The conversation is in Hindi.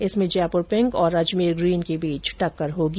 इसमें जयपुर पिंक और अजमेर ग्रीन के बीच टक्कर होगी